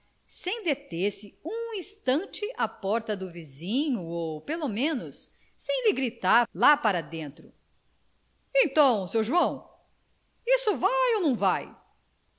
sem deter-se um instante à porta do vizinho ou pelo menos sem lhe gritar lá de dentro então seu joão isso vai ou não vai